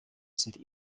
sind